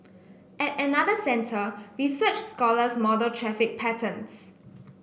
at another centre research scholars model traffic patterns